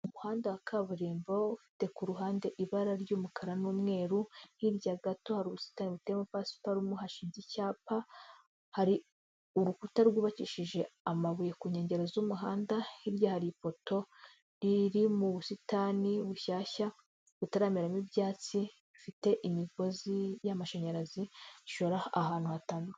Umuhanda wa kaburimbo ufite ku ruhande ibara ry'umukara n'umweru, hirya gato hari ubusitani buteyemo pasiparumu hashinze icyapa, hari urukuta rwubakishije amabuye ku nkengero z'umuhanda, hirya hari ipoto riri mu busitani bushyashya butarameramo ibyatsi bifite imigozi y'amashanyarazi ishora ahantu hatandukanye.